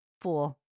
fool